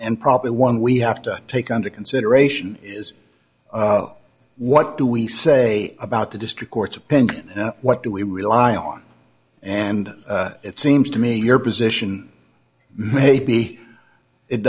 and probably one we have to take under consideration is what do we say about the district court's opinion and what do we rely on and it seems to me your position maybe it